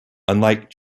unlike